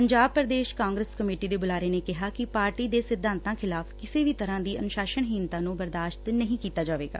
Punjab Pradesh Congress committee ਦੇ ਬੁਲਾਰੇ ਨੇ ਕਿਹਾ ਕਿ ਪਾਰਟੀ ਦੇ ਸਿਧਾਤਾਂ ਖਿਲਾਫ਼ ਕਿਸੇ ਵੀ ਤਰ੍ਹਾਂ ਦੀ ਅਨੁਸ਼ਾਸਨਹੀਣਤਾ ਨੂੰ ਬਰਦਾਸ਼ਤ ਨਹੀਂ ਕੀਤਾ ਜਾਵੇਗਾ